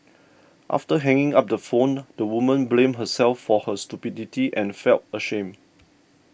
after hanging up the phone the woman blamed herself for her stupidity and felt ashamed